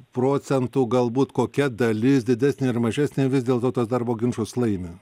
procentų galbūt kokia dalis didesnė ir mažesnė vis dėlto tuos darbo ginčus laimi